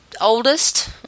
oldest